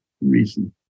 reason